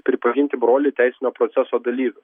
pripažinti brolį teisinio proceso dalyviu